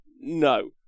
no